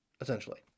essentially